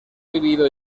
vivido